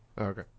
Okay